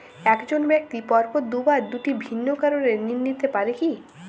এক জন ব্যক্তি পরপর দুবার দুটি ভিন্ন কারণে ঋণ নিতে পারে কী?